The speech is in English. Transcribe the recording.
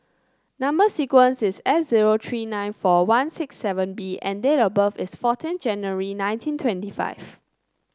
number sequence is S zero three nine four one six seven B and date of birth is fourteen January nineteen twenty five